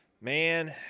Man